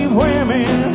women